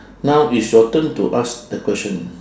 now is your turn to ask the question